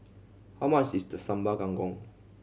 how much is the Sambal Kangkong